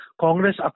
Congress